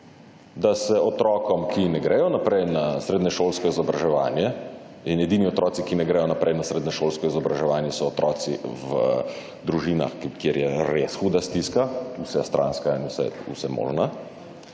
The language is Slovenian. da se otrokom, ki ne gredo naprej na srednješolsko izobraževanje in edini otroci, ki ne gredo naprej na srednješolsko izobraževanje so otroci v družinah, kjer je res huda stiska, vsestranska in vse možna,